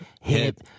Hip